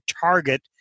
target